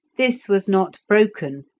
this was not broken,